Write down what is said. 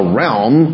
realm